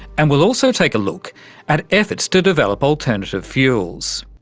and we'll also take a look at efforts to develop alternative fuels.